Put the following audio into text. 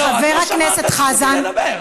לא, את לא שמרת על זכותי לדבר.